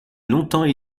longtemps